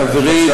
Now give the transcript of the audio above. חברים,